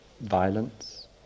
violence